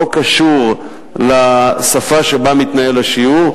לא קשור לשפה שבה מתנהל השיעור.